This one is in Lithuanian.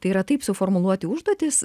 tai yra taip suformuluoti užduotis